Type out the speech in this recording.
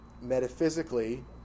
metaphysically